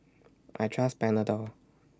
I Trust Panadol